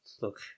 look